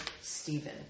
Stephen